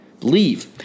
Leave